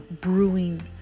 brewing